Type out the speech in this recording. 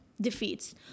defeats